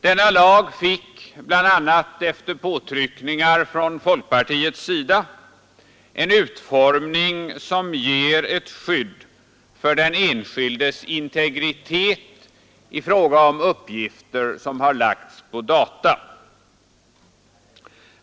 Denna lag fick, bl.a. efter påtryckningar från folkpartiet, en utformning som ger ett skydd för den enskildes integritet i fråga om uppgifter som har lagts på data.